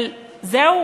אבל זהו?